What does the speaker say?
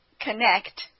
Connect